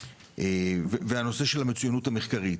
והנושא של המצוינות המחקרית.